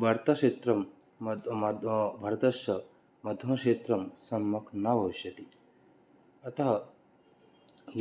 वार्ताक्षेत्रं भारतस्य माध्यमक्षेत्रं सम्मक् न भविष्यति अतः